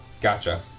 Gotcha